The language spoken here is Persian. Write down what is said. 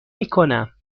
میکنم